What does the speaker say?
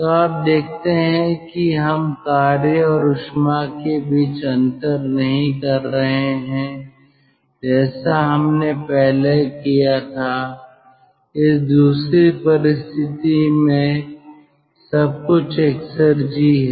तो आप देखते हैं कि हम कार्य और ऊष्मा के बीच अंतर नहीं कर रहे हैं जैसा हमने पहले किया था इस दूसरी परिस्थिति में सब कुछ एक्सेरजी है